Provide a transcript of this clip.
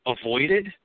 avoided